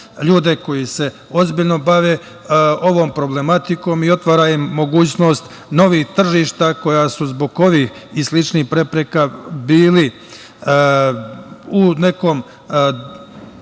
ljude koji se ozbiljno bave ovom problematikom i otvara im mogućnost novih tržišta koja su zbog ovih i sličnih prepreka bili u nekom